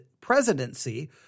presidency